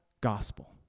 gospel